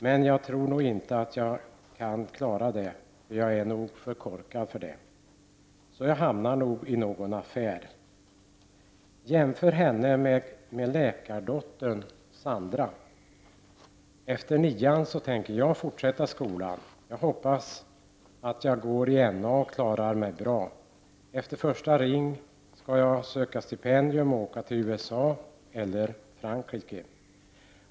Men jag tror nog inte att jag klarar det, för jag är nog för korkad för det. Så jag hamnar nog på någon affär.” Man kan jämföra henne med läkardottern Sandra. ”Efter nian så tänker jag fortsätta skolan. Jag hoppas att jag går i NA och klarar mig bra. Efter första ring ska jag söka stipendium och åka till USA eller Frankrike.